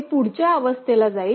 हे पुढच्या अवस्थेला जाईल